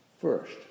First